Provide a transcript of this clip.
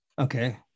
Okay